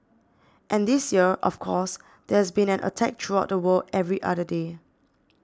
and this year of course there has been an attack throughout the world every other day